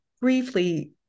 briefly